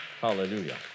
hallelujah